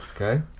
Okay